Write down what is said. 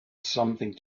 something